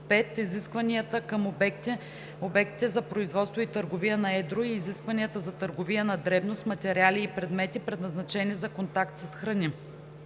5. изискванията към обектите за производство и търговия на едро и изискванията за търговия на дребно с материали и предмети, предназначени за контакт с храни;